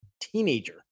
teenager